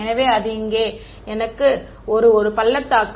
எனவே அது எனக்கு இங்கே உள்ள ஒரு பள்ளத்தாக்கு